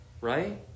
Right